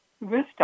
wisdom